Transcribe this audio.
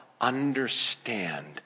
Understand